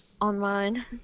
Online